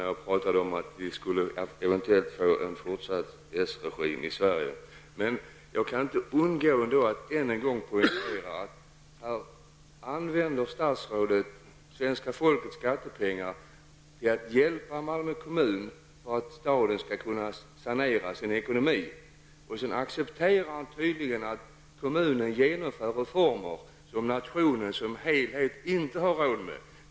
Herr talman! Jag talade faktiskt om olyckan av att få en fortsatt s-regim i Sverige. Jag kan inte underlåta att än en gång poängtera att statsrådet använder svenska folkets skattepengar till att hjälpa Malmö kommun för att den skall kunna sanera sin ekonomi och sedan tydligen accepterar att kommunen genomför reformer som nationen som helhet inte har råd med.